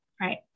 right